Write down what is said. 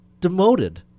demoted